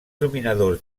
dominadors